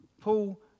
Paul